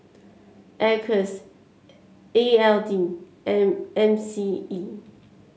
Acres E L D and M C E